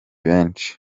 benshi